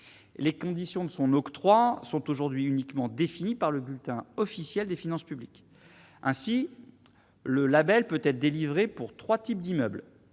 les conditions de son octroi sont aujourd'hui uniquement définis par le bulletin officiel des finances publiques ainsi le Label peut être délivré pour 3 types d'immeubles,